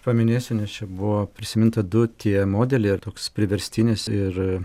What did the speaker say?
paminėsiu nes čia buvo prisiminta du tie modeliai ir toks priverstinis ir